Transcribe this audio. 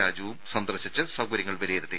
രാജുവും സന്ദർശിച്ച് സൌകര്യങ്ങൾ വിലയിരുത്തി